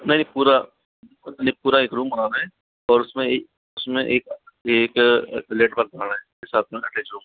नहीं पूरा पूरा एक रूम बनाना है और उसमें एक उसमें एक एक लेट बाथ बनाना है साथ में अटैच रूम